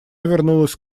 вернулась